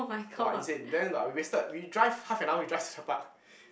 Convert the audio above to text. !wah! insane then like we wasted we drive half an hour we drive to the park